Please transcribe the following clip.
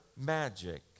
magic